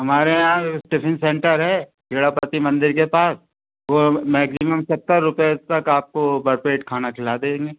हमारे यहाँ tiffin centre है प्रजापति मंदिर के पास वो मेक्ज़िमम सत्तर रुपए तक आप को भरपेट खाना खिला देंगे